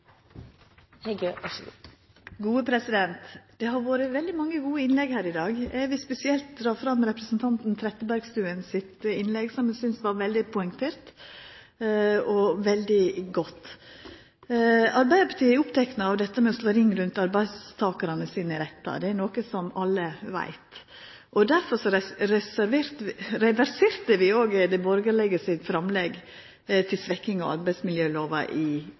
Trettebergstuen sitt innlegg, som eg synest var veldig poengtert og veldig godt. Arbeidarpartiet er oppteke av å slå ring rundt arbeidstakarane sine rettar – det er noko som alle veit. Derfor reverserte vi dei borgarlege sine framlegg til svekking av arbeidsmiljølova då vi overtok i